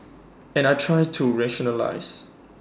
and I try to rationalise